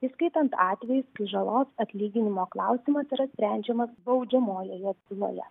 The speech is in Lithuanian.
įskaitant atvejus kai žalos atlyginimo klausimas yra sprendžiamas baudžiamojoje byloje